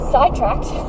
sidetracked